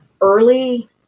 early